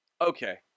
Okay